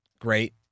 Great